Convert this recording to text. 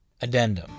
Addendum